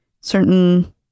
certain